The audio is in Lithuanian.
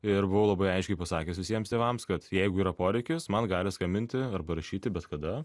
ir buvo labai aiškiai pasakęs visiems tėvams kad jeigu yra poreikis man gali skambinti arba rašyti bet kada